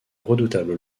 redoutable